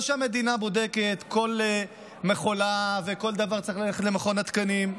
שהמדינה בודקת כל מכולה וכל דבר צריך ללכת למכון התקנים,